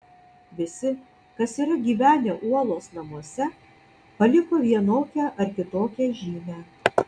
visi kas yra gyvenę uolos namuose paliko vienokią ar kitokią žymę